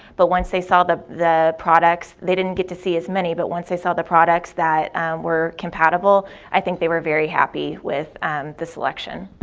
but once they saw the the products, they didn't get to see as many, but once they saw the products that were compatible i think they were very happy with the selection.